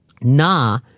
na